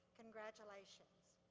congratulations.